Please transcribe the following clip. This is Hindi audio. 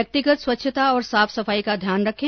व्यक्तिगत स्वच्छता और साफ सफाई का ध्यान रखें